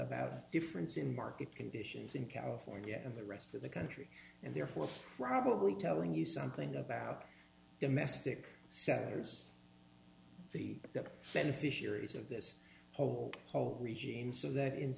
about a difference in market conditions in california and the rest of the country and therefore probably telling you something about domestic setters the beneficiaries of this whole whole regime so that in